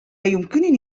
يمكنني